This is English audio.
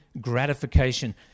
gratification